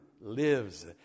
lives